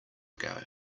ago